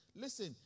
Listen